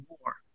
war